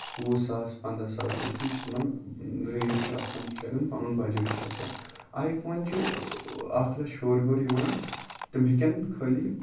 وُہ ساس پَنداہ ساس رۄپیہِ یہِ چھُ تِمن ریج چھِ آسان بَچارین پَنُن بجٹ چھُ آسان آی فون چھِ اکھ لَچھ ہیوٚر ہیوٚر یِوان تِم ہٮ۪کن خٲلی